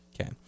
Okay